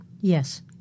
Yes